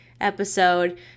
episode